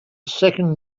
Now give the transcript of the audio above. second